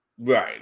Right